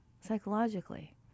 psychologically